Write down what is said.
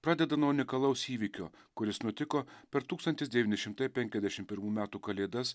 pradeda nuo unikalaus įvykio kuris nutiko per tūkstantis devyni šimtai penkiasdešim pirmų metų kalėdas